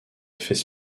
effets